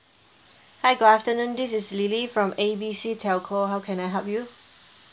hi good afternoon this is lily from A B C telco how can I help you